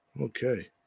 okay